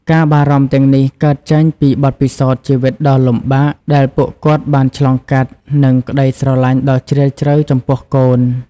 ការបារម្ភទាំងនេះកើតចេញពីបទពិសោធន៍ជីវិតដ៏លំបាកដែលពួកគាត់បានឆ្លងកាត់ និងក្តីស្រឡាញ់ដ៏ជ្រាលជ្រៅចំពោះកូន។